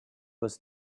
was